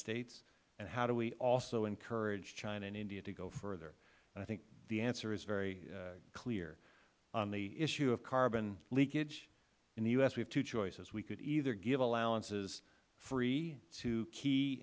states and how do we also encourage china and india to go further and i think the answer is very clear on the issue of carbon leakage in the u s we have two choices we could either give allowances free to key